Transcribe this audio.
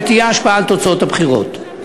שתהיה השפעה על תוצאות הבחירות.